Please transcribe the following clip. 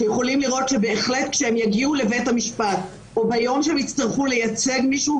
ואפשר לראות שכשהם יגיעו לבית המשפט או ביום שהם יצטרכו לייצג מישהו,